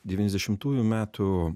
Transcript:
devyniasdešimtųjų metų